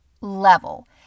level